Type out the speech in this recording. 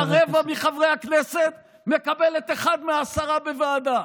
רבע מחברי הכנסת מקבלת אחד מעשר בוועדה.